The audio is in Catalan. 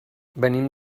venim